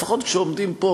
לפחות כשעומדים פה,